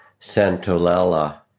santolella